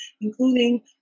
including